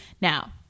Now